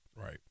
right